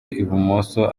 ibumoso